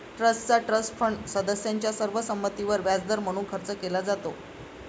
ट्रस्टचा trust fund सदस्यांच्या सर्व संमतीवर व्याजदर म्हणून खर्च केला जातो